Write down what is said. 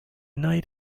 night